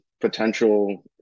potential